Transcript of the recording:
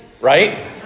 right